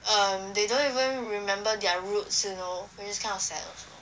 um they don't even remember their roots you know which is kind of sad also